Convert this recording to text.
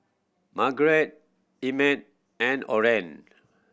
Margeret Emmett and Orren